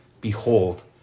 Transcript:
Behold